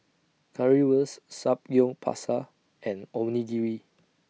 Currywurst Samgyeopsal and Onigiri